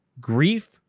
grief